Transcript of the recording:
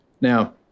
Now